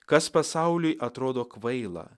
kas pasauliui atrodo kvaila